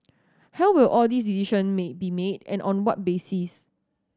held will all these decision may be made and on what basis